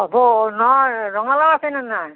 হ'ব নহয় ৰঙালাও আছেনে নাই